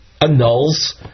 annuls